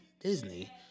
Disney